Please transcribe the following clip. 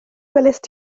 welaist